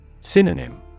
Synonym